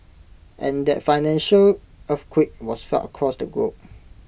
and that financial earthquake was felt across the globe